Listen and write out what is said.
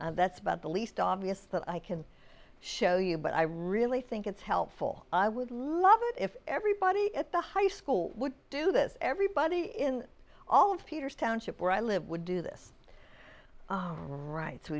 test that's about the least obvious that i can show you but i really think it's helpful i would love it if everybody at the high school would do this everybody in all of peter's township where i live would do this right